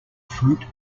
fruit